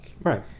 right